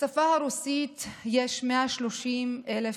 בשפה הרוסית יש 130,000 מילים,